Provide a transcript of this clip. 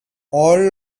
all